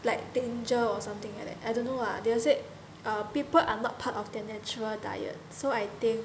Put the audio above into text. like danger or something like that I don't know lah they say err people are not part of their natural diet so I think